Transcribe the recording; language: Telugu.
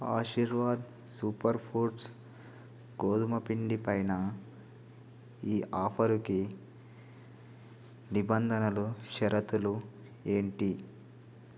ఆశీర్వాద్ సూపర్ ఫూడ్స్ గోధుమ పిండిపైన ఈ ఆఫరికి నిబంధనలు షరతులు ఏంటి